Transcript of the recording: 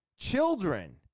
children